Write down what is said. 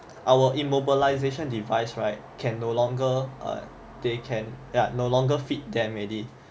our immobilization device right can no longer err they can no longer fit them already